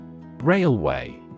Railway